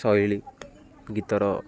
ଶୈଳୀ ଗୀତର